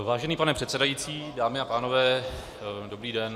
Vážený pane předsedající, dámy a pánové, dobrý den.